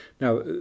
Now